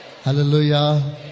Hallelujah